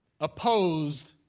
opposed